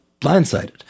blindsided